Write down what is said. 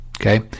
okay